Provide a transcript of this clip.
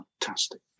fantastic